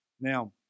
Now